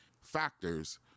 factors